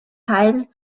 teil